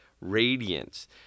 radiance